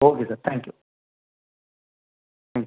okay sir thank you ம்